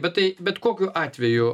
bet tai bet kokiu atveju